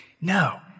No